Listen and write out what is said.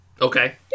Okay